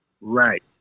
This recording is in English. Right